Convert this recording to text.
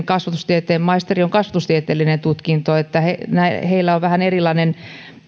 kasvatustieteen maisterilla on kasvatustieteellinen tutkinto joten heillä on vähän erilainen